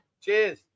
Cheers